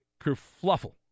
kerfluffle